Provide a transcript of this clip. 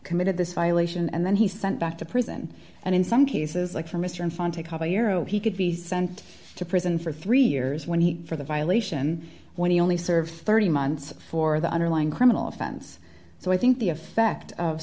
committed this violation and then he sent back to prison and in some cases like for mr infante khajuraho he could be sent to prison for three years when he for the violation when he only served thirty months for the underlying criminal offense so i think the effect of